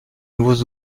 nouveaux